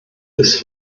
bis